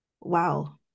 wow